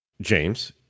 James